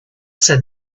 said